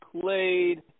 played